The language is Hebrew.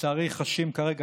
ולצערי חשים כרגע,